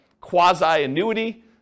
quasi-annuity